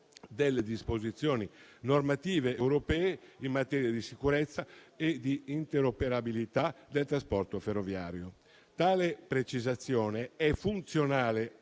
delle disposizioni normative europee in materia di sicurezza e di interoperabilità del trasporto ferroviario. Tale precisazione è funzionale